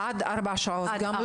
עד ארבע שעות.